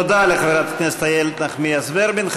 תודה לחברת הכנסת איילת נחמיאס ורבין.